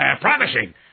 promising